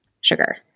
sugar